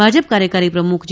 ભાજપ કાર્યકારી પ્રમુખ જે